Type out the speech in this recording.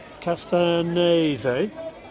Castanese